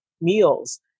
meals